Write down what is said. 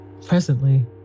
Presently